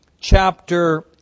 chapter